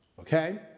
Okay